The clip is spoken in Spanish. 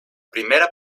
primera